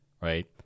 right